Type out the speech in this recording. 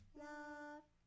love